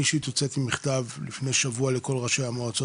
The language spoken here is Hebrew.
אני אישית לפני שבוע הוצאתי מכתב לכל ראשי המועצות